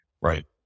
right